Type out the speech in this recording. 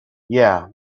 yeah